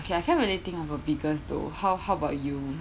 okay I can't really think of a biggest though how how about you